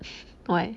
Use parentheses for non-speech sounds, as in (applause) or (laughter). (laughs) why